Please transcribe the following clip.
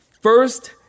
first